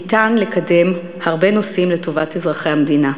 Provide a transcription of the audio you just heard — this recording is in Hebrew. ניתן לקדם הרבה נושאים לטובת אזרחי המדינה.